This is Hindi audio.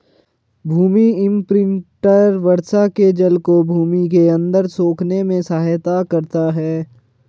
भूमि इम्प्रिन्टर वर्षा के जल को भूमि के अंदर सोखने में सहायता करता है